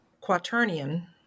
quaternion